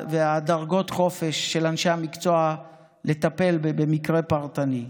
ודרגות החופש של אנשי המקצוע לטפל במקרה פרטני,